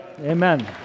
amen